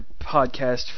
podcast